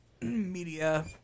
media